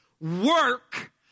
Work